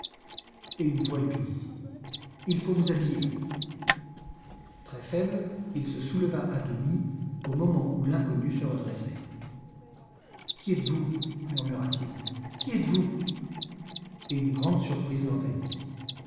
et une voix lui dit il faut vous habiller très faible il se souleva à demi au moment où l'inconnu se redressait qui êtes-vous murmura-t-il qui êtes-vous et une grande surprise l'envahit